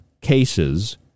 cases